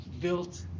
built